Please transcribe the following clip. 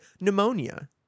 pneumonia